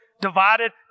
divided